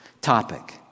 topic